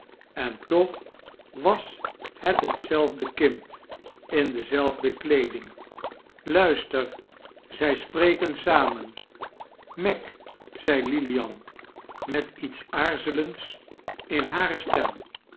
en toch was het hetzelfde kind in dezelfde heeding luister zij spreken samen meg zei lilian met iets aarzelends in hare stem